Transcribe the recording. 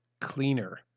cleaner